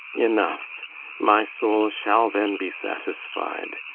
enough my soule shall then be satisfied.